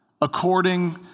according